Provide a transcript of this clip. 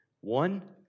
One